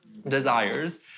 desires